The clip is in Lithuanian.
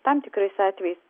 tam tikrais atvejais